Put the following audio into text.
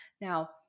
Now